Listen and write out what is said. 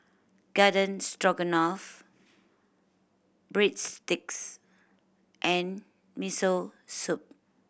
Garden Stroganoff Breadsticks and Miso Soup